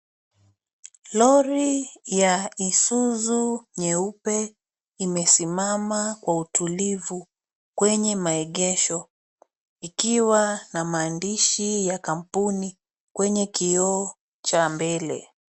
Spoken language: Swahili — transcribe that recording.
Lori ya Isuzu nyeupe imesimama kwa utulivu kwenye maegesho. Ikiwa na maandishi ya kampuni kwenye kioo cha mbele.